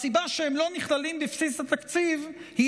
הסיבה שהם לא נכללים בבסיס התקציב היא